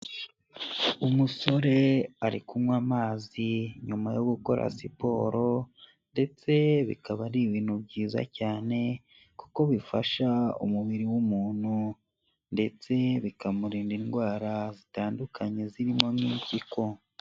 Umusore ari kunywa amazi nyuma yo gukora siporo ndetse bikaba ari ibintu byiza cyane kuko bifasha umubiri w'umuntu ndetse bikamurinda indwara zitandukanye zirimo n'impyiko.